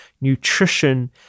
nutrition